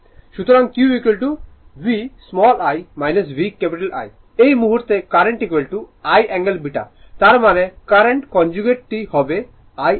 সুতরাং Q V ' i VI এই মুহূর্তে কারেন্ট I অ্যাঙ্গেল β তার মানে কারেন্ট কনজুগেট টি হবে I অ্যাঙ্গেল